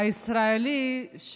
הישראלי.